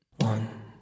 One